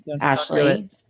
Ashley